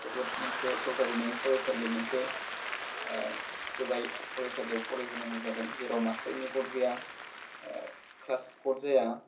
जोबोत मोनसे सरकारि नङै फरायसालि मोनसे गोबाय फरायसालियाव फरायबोनांगौ जादों जेराव मास्टारनि गद गैया क्लास गद जाया